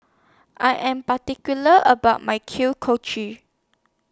I Am particular about My Kuih Kochi